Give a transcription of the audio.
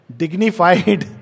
dignified